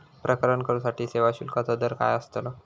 प्रकरण करूसाठी सेवा शुल्काचो दर काय अस्तलो?